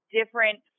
different